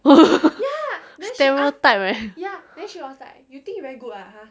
stereotype